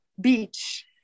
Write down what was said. Beach